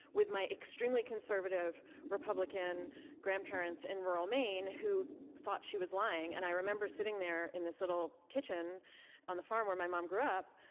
with my extremely conservative republican grandparents in rural maine who thought she was lying. and i remember sitting there in this little kitchen on the farm where my mom grew up,